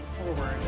forward